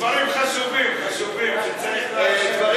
דברים חשובים, חשובים, שצריך להקשיב להם.